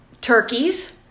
turkeys